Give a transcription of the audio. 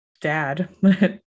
Dad